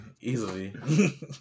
Easily